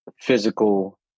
physical